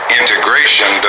integration